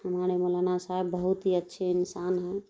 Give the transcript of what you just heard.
ہمارے مولانا صاحب بہت ہی اچھے انسان ہیں